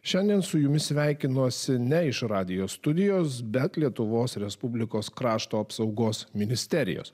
šiandien su jumis sveikinosi ne iš radijo studijos bet lietuvos respublikos krašto apsaugos ministerijos